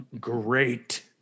great